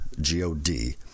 G-O-D